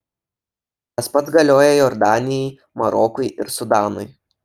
tas pats galioja jordanijai marokui ir sudanui